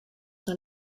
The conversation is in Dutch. naar